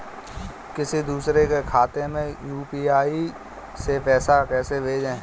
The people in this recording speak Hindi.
किसी दूसरे के खाते में यू.पी.आई से पैसा कैसे भेजें?